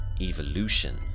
evolution